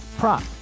Prop